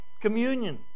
Communion